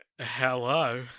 Hello